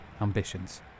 ambitions